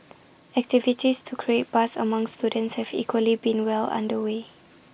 activities to create buzz among students have equally been well under way